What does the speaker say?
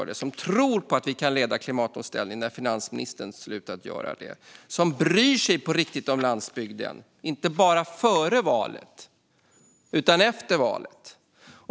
Vi kan erbjuda ett alternativ som tror på att Sverige kan leda klimatomställningen när finansministern har slutat göra det. Vi kan erbjuda ett alternativ som på riktigt bryr sig om landsbygden, inte bara före valet utan också efter valet.